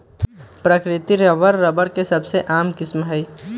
प्राकृतिक rubber, rubber के सबसे आम किस्म हई